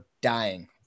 dying